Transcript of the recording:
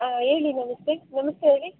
ಹೇಳಿ ನಮಸ್ತೆ ನಮಸ್ತೆ ಹೇಳಿ